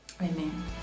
amen